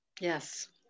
Yes